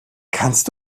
kannst